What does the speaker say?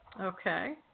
Okay